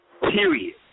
period